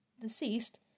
deceased